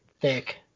thick